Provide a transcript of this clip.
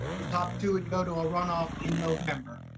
the top two would go to a runoff in november.